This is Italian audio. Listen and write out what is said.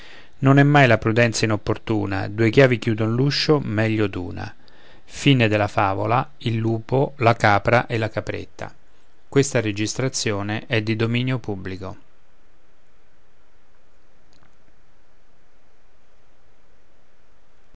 non è mai la prudenza inopportuna due chiavi chiudon l'uscio meglio duna e le e a e la madre e il